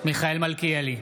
מיכאל מלכיאלי,